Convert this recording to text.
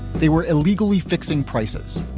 they were illegally fixing prices,